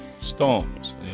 Storms